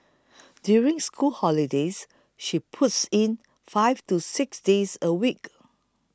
during school holidays she puts in five to six days a week